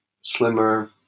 slimmer